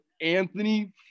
Anthony